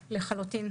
לחלוטין.